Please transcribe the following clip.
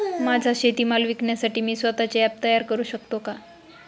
माझा शेतीमाल विकण्यासाठी मी स्वत:चे ॲप तयार करु शकतो का?